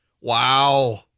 wow